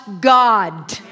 God